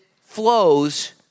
flows